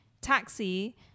taxi